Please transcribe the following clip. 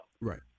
right